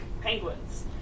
penguins